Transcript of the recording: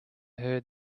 heard